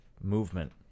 movement